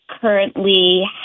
currently